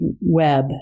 web